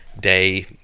day